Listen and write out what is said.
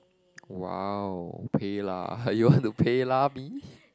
!wow! PayLah you want to PayLah me